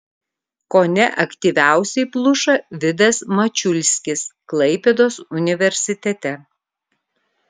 kone aktyviausiai pluša vidas mačiulskis klaipėdos universitete